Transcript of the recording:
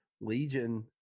Legion